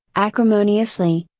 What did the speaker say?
acrimoniously,